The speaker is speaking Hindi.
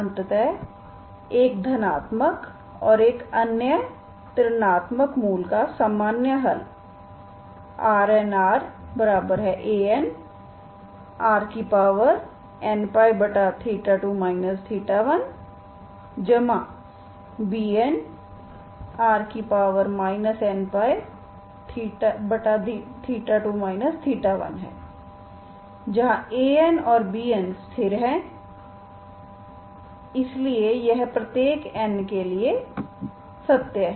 अतः एक धनात्मक और अन्य ऋणात्मक मूल का सामान्य हल RnrAnrnπ2 1Bnr nπ2 1 है जहां An और Bn स्थिर हैं इसलिए यह प्रत्येक n के लिए सत्य है